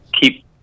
keep